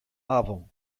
avon